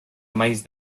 maiz